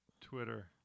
Twitter